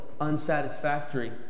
unsatisfactory